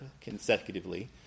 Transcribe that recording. consecutively